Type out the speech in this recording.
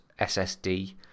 SSD